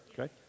Okay